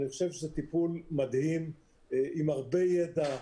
אני חושב שזה טיפול מדהים עם הרבה ידע,